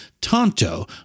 Tonto